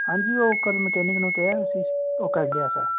ਹਾਂਜੀ ਉਹ ਕੱਲ੍ਹ ਮਕੈਨਿਕ ਨੂੰ ਕਿਹਾ ਹੋਇਆ ਸੀ ਉਹ ਕਰ ਗਿਆ ਸਰ